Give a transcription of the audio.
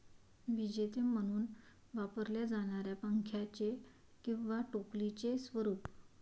विजेते म्हणून वापरल्या जाणाऱ्या पंख्याचे किंवा टोपलीचे स्वरूप